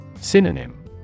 Synonym